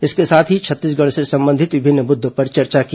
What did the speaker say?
इसके साथ ही छत्तीसगढ़ से संबंधित विभिन्न मुद्दों पर चर्चा की